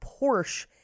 Porsche